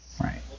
Right